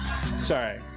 sorry